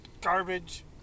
garbage